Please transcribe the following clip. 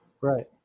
Right